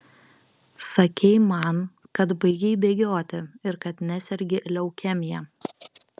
sakei man kad baigei bėgioti ir kad nesergi leukemija